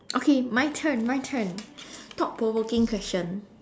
okay my turn my turn thought provoking question